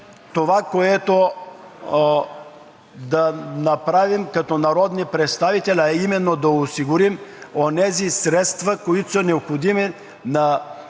това, което да направим като народни представители, а именно да осигурим онези средства, необходими на